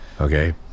Okay